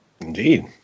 Indeed